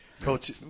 Coach